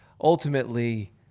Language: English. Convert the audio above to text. ultimately